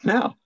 Now